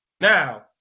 Now